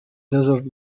desert